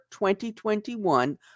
2021